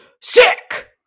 sick